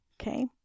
okay